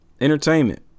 entertainment